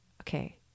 okay